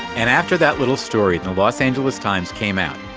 and after that little story in the los angeles times came out,